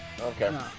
Okay